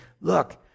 Look